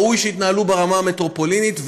ראוי שיתנהלו ברמה המטרופולינית,